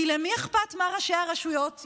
כי למי אכפת מה יש לראשי הרשויות להגיד?